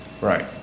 Right